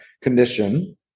condition